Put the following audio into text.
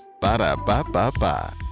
Ba-da-ba-ba-ba